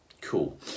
cool